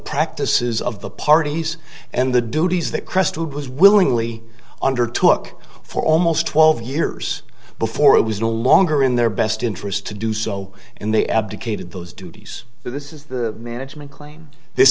practices of the parties and the duties that crestwood was willingly undertook for almost twelve years before it was no longer in their best interest to do so in the abdicated those duties this is the management claim this